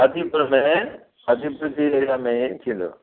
आदिपुर में Adipur G area में ई थींदो